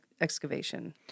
excavation